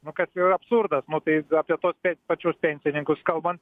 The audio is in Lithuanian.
nu kas yra absurdas nu tai apie tuos pačius pensininkus kalbant